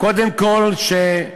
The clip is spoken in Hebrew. קודם כול, שהשווקים,